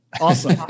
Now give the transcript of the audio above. Awesome